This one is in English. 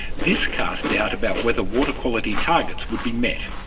this cast doubt about whether water quality targets would be met.